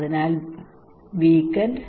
അതിനാൽ വീക്ക്എൻഡ്